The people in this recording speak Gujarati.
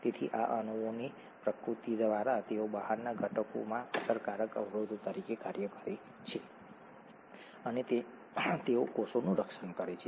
તેથી આ અણુઓની પ્રકૃતિ દ્વારા તેઓ બહારના ઘટકોમાં અસરકારક અવરોધો તરીકે કાર્ય કરે છે અને તેઓ કોષનું રક્ષણ કરે છે